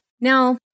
Now